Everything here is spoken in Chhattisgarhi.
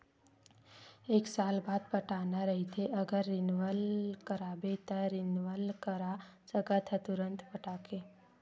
एक साल बाद पटाना रहिथे अगर रिनवल कराबे त रिनवल करा सकथस तुंरते पटाके